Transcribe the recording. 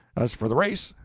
as for the race,